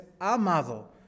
amado